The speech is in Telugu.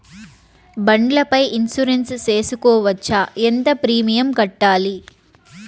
బండ్ల పై ఇన్సూరెన్సు సేసుకోవచ్చా? ఎంత ప్రీమియం కట్టాలి?